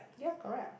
ya correct ah